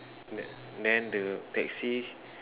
th~ then the taxi